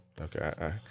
Okay